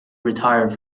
retired